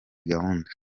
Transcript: gahunda